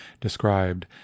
described